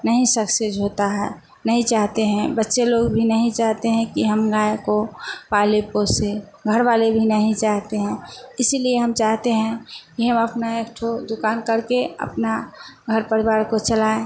नहीं सक्सेस होता है नहीं चाहते हैं बच्चे लोग भी नहीं चाहते हैं कि हम गाय को पाले पोसे घर वाले भी नहीं चाहते हैं इसलिए हम चाहते हैं कि हम अपना एक ठो दुकान करके अपना घर परिवार को चलाएं